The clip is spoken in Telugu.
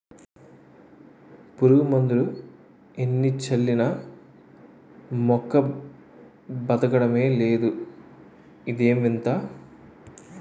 పురుగుమందులు ఎన్ని చల్లినా మొక్క బదకడమే లేదు ఇదేం వింత?